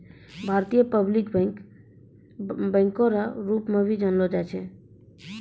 भारतीय bank public बैंको रो रूप मे भी जानलो जाय छै